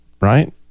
Right